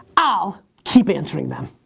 i'll keep answering them.